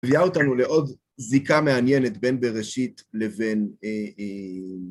הביאה אותנו לעוד זיקה מעניינת בין בראשית לבין